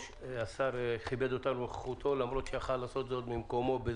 השר כיבד אותנו בנוכחותו למרות שהוא יכול היה לעשות זאת בזום.